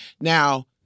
Now